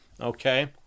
okay